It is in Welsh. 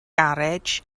garej